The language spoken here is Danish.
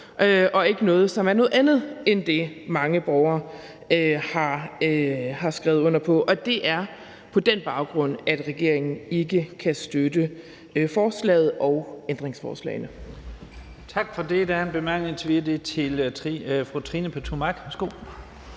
og ikke noget, som er noget andet end det, mange borgere har skrevet under på. Det er på den baggrund, at regeringen ikke kan støtte forslaget og ændringsforslagene.